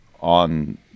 on